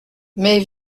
mais